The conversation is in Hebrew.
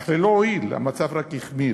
אך ללא הועיל, המצב רק החמיר.